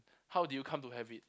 how did you come to have it